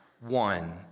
one